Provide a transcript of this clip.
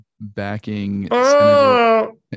backing